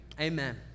Amen